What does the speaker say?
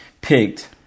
picked